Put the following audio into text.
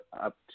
up